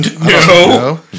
No